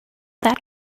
that